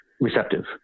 receptive